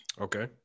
Okay